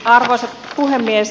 arvoisa puhemies